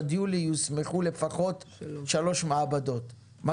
עד יולי יוסמכו לפחות שלוש מעבדות מה